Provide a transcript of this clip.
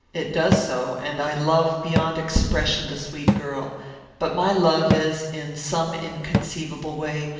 it does so, and i love, beyond expression, the sweet girl but my love is, in some inconceivable way,